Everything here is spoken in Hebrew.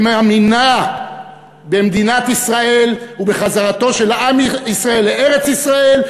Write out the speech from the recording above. שמאמינה במדינת ישראל ובחזרתו של עם ישראל לארץ-ישראל,